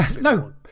no